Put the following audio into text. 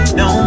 no